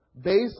based